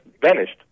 vanished